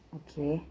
okay